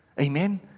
Amen